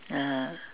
(uh huh)